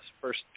first